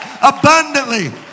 abundantly